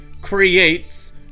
creates